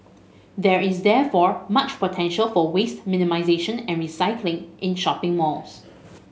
there is therefore much potential for waste minimisation and recycling in shopping malls